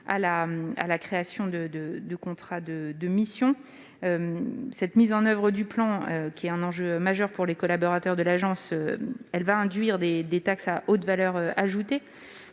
à la création de contrats de mission. La mise en oeuvre du plan, qui est un enjeu majeur pour les collaborateurs de l'Agence, va induire des taxes à haute valeur ajoutée,